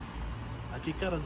סבתא שלי בכתה,